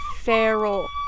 feral